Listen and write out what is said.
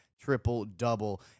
triple-double